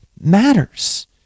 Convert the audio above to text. matters